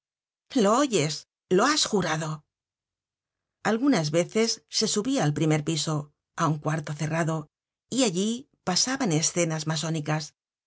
lo oyes lo has jurado algunas veces se subia al primer piso á un cuarto cerrado y allí pasaban escenas masónicas